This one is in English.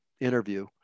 interview